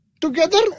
Together